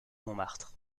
montmartre